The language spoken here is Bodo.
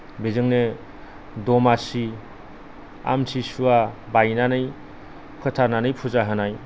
बेजोंनो दमासि आमथिसुवा बायनानै फोथारनानै फुजा होनाय